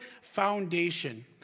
foundation